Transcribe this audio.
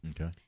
Okay